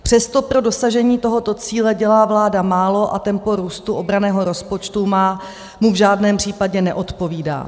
Přesto pro dosažení tohoto cíle dělá vláda málo a tempo růstu obranného rozpočtu mu v žádném případě neodpovídá.